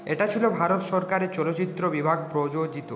এটি ছিল ভারত সরকারের চলচ্চিত্র বিভাগ প্রযোজিত